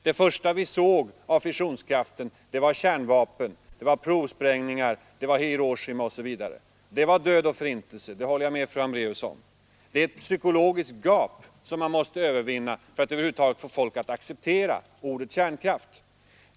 Det första vi såg av fissionskraften, det var kärnvapen, det var provsprängningar, det var Hiroshima osv. Det var död och förintelse, det håller jag med fru Hambraeus om. Det är ett psykologiskt gap som måste övervinnas för att över huvud taget få folk att acceptera ordet kärnkraft.